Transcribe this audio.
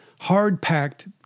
hard-packed